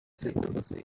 sympathy